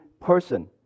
person